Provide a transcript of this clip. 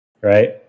right